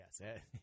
yes